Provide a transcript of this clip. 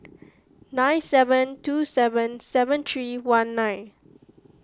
nine seven two seven seven three one nine